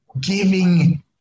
giving